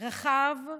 רחב,